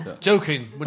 Joking